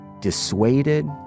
dissuaded